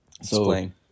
explain